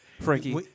Frankie